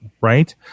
right